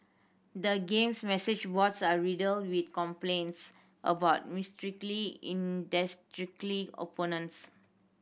the game's message boards are riddled with complaints about mysteriously opponents